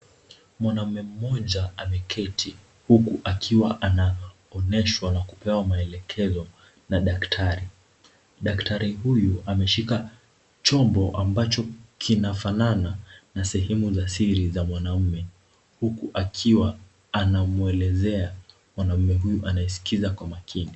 Mwanaume mmoja ameketi huku akiwa anaonyeshwa na kupewa maelekezo na daktari. Daktari huyu ameshika chombo ambacho kinafanana na sehemu za siri za mwanaume huku akiwa anamwelezea mwanaume huyu anayeskiza kwa makini.